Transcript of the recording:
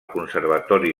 conservatori